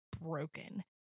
broken